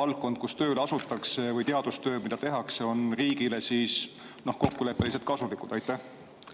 valdkond, kus tööle asutakse, või teadustöö, mida tehakse, on riigile kokkuleppeliselt kasulik? Austatud